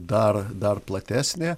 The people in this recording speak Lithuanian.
dar dar platesnė